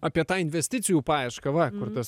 apie tą investicijų paiešką va kur tas